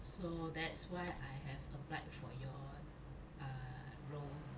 so that's why I have applied for your uh role